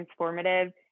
transformative